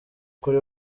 kuri